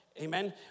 amen